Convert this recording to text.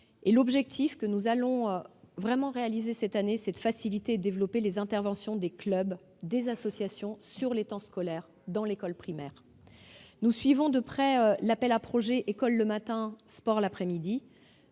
L'objectif que nous comptons vraiment atteindre cette année est de faciliter et de développer les interventions des clubs et des associations dans le cadre du temps scolaire à l'école primaire. Nous suivons de près l'appel à projets « école le matin, sport l'après-midi ».